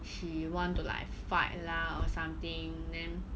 she want to like fight lah or something then